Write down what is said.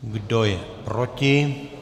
Kdo je proti?